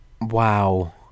Wow